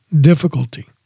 difficulty